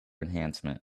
enhancement